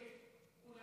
כולם